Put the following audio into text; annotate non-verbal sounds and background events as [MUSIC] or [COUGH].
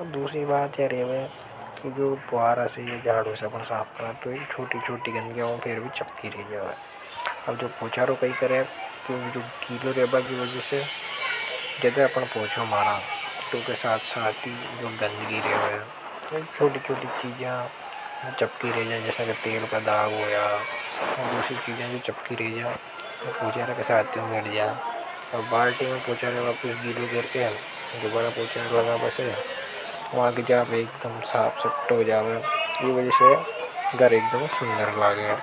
अब दूसरी बात है रहे हुए कि जो ब्यावरा से यह झाड़ों से अपने साफ करना तो एक छोटी छोटी गंद की लागों फिर भी चपकी रहे जाए अब जो पूछारों कहीं करें। तो भी जो गीलों रहेबा की वजह से जदा अपना पूछार हमारा तो उसके साथ साथ ही जो गंद गि रेवे है तो एक छोटी-छोटी चीजाएं और चपकी रहे जाएं जैसा तेल पर दाग हो या अगर जोशी जाएं तो जब चपकी रहे जाएं तो पूछार के साथ। ऊनी वजह से घर एक दम सुंदर लग [NOISE] लगे लगे।